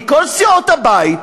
מכל סיעות הבית,